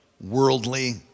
worldly